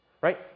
right